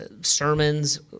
sermons